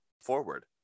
forward